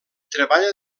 treballa